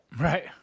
Right